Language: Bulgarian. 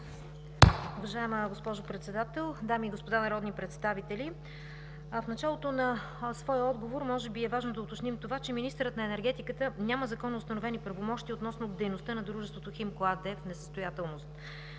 Уважаема госпожо Председател, дами и господа народни представители! В началото на своя отговор може би е важно да уточним това, че министърът на енергетиката няма законно установени правомощия относно дейността на дружеството „Химко” АД в несъстоятелност.